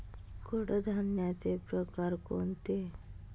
कडधान्याचे प्रकार कोणते?